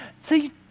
see